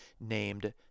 named